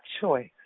choice